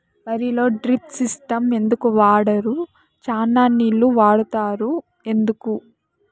వరిలో drip system ఎందుకు వాడరు? చానా నీళ్లు వాడుతారు ఎందుకు?